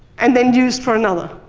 and then used for another.